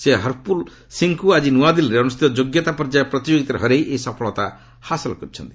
ସେ ହରପୁଲ୍ ସିଂହଙ୍କୁ ଆକି ନୂଆଦିଲ୍ଲୀଠାରେ ଅନୁଷ୍ଠିତ ଯୋଗ୍ୟତା ପର୍ଯ୍ୟାୟ ପ୍ରତିଯୋଗିତାରେ ହରେଇ ଏହି ସଫଳତା ହାସଲ କରିଛନ୍ତି